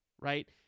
right